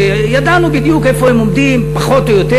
ידענו בדיוק איפה הם עומדים פחות או יותר.